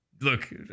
Look